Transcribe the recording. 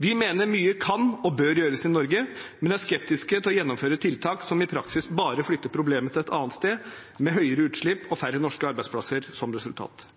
Vi mener mye kan og bør gjøres i Norge, men er skeptiske til å gjennomføre tiltak som i praksis bare flytter problemet til et annet sted, med høyere utslipp og færre norske arbeidsplasser som resultat.